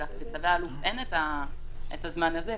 ובצווי אלוף אין את הזמן הזה,